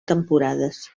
temporades